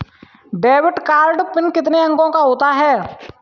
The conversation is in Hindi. डेबिट कार्ड पिन कितने अंकों का होता है?